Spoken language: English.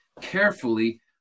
carefully